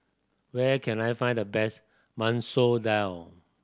where can I find the best Masoor Dal